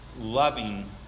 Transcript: loving